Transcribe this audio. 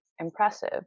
impressive